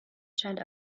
scheint